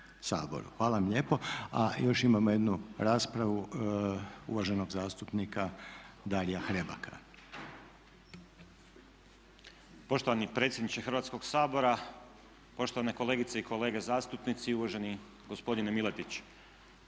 Hvala vam lijepo. A još imamo jednu raspravu uvaženog zastupnika Darija Hrebaka. **Hrebak, Dario (HSLS)** Poštovani predsjedniče Hrvatskog sabora, poštovane kolegice i kolege zastupnici, uvaženi gospodine Miletić.